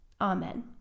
Amen